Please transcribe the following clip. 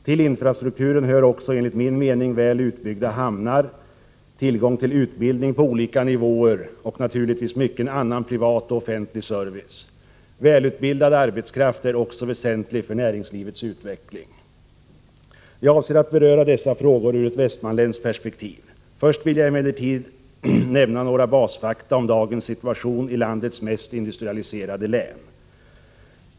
Till infrastrukturen hör också, enligt min mening, väl utbyggda hamnar, tillgång till utbildning på olika nivåer och naturligtvis mycken annan privat och offentlig service. Välutbildad arbetskraft är också väsentlig för näringslivets utveckling. Jag avser att beröra dessa frågor ur ett västmanländskt perspektiv. Först vill jag emellertid nämna några basfakta om dagens situation i landets mest industrialiserade län.